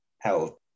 health